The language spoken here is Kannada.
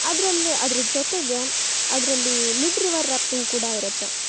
ಅದರಲ್ಲಿ ಅದ್ರ ಜೊತೆಗೆ ಅದ್ರಲ್ಲಿ ಮಿಡ್ ರಿವರ್ ರ್ಯಾಫ್ಟಿಂಗ್ ಕೂಡ ಇರುತ್ತೆ